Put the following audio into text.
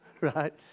right